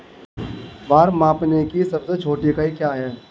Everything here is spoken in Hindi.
भार मापने की सबसे छोटी इकाई क्या है?